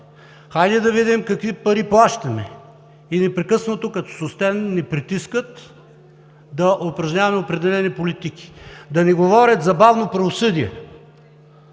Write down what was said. да видим какви пари плащаме непрекъснато и като с остен ни притискат да упражняваме определени политики! Да не говорят за бавно правосъдие